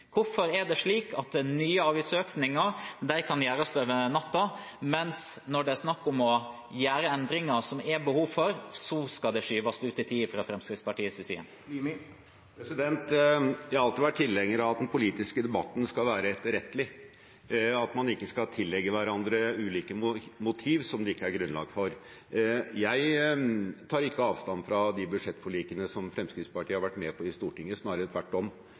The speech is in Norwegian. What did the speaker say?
Hvorfor er det slik at nye avgiftsøkninger kan gjøres over natten, mens når det er snakk om å gjøre endringer som det er behov for, skal det skyves ut i tid fra Fremskrittspartiets side? Jeg har alltid vært tilhenger av at den politiske debatten skal være etterrettelig, at man ikke skal tillegge hverandre ulike motiver som det ikke er grunnlag for. Jeg tar ikke avstand fra de budsjettforlikene som Fremskrittspartiet har vært med på i Stortinget, snarere tvert om.